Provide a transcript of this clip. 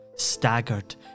staggered